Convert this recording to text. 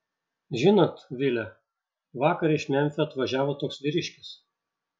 žinot vile vakar iš memfio atvažiavo toks vyriškis